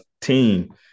team